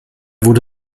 wurde